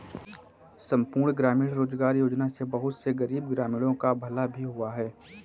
संपूर्ण ग्रामीण रोजगार योजना से बहुत से गरीब ग्रामीणों का भला भी हुआ है